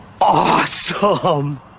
awesome